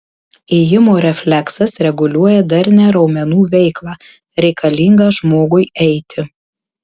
ėjimo refleksas reguliuoja darnią raumenų veiklą reikalingą žmogui eiti